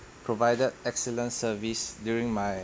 provided excellent service during my